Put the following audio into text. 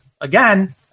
again